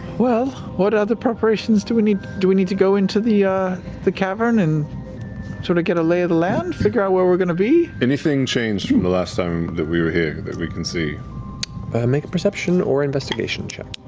well, what other preparations do we need? do we need to go into the the cavern and sort of get a lay of the land, figure out where we're going to be? travis anything changed from the last time that we were here that we can see? matt make a perception or investigation check.